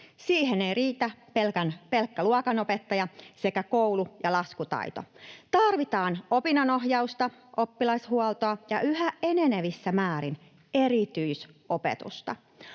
Siihen eivät riitä pelkkä luokanopettaja sekä koulu- ja laskutaito: tarvitaan opinnonohjausta, oppilashuoltoa ja yhä enenevissä määrin erityisopetusta.